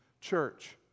church